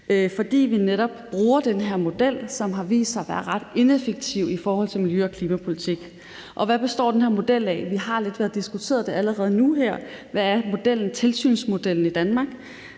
fordi vi netop bruger den her model, som har vist sig at være ret ineffektiv i forhold til miljø- og klimapolitik. Hvad består den her model af? Vi har diskuteret det lidt allerede nu her. Hvad er tilsynsmodellen i Danmark?